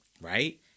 Right